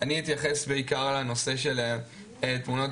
אני אתייחס בעיקר לנושא של תמונות